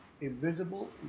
invisible